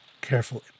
carefully